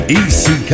Easy